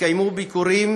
התקיימו גם ביקורים,